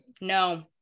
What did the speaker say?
no